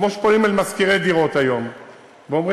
כמו שפונים אל משכירי דירות היום ואומרים,